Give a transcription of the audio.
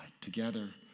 Together